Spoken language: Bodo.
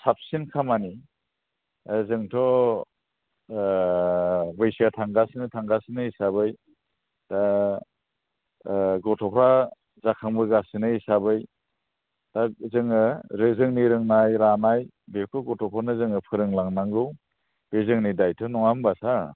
साबसिन खामानि जोंथ' बैसोया थांगासिनो थांगासिनो हिसाबै दा गथ'फ्रा जाखांबोगासिनो हिसाबै दा जोङो जोंनि रोंनाय रानाय बेखौ गथ'फोरनो जोङो फोरों लांनांगौ बे जोंनि दायथ' नङा होमबा सार